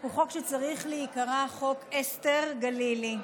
הוא חוק שצריך להיקרא "חוק אסתר גלילי".